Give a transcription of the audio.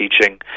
teaching